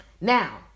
Now